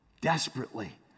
Desperately